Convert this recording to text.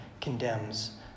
condemns